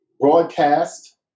broadcast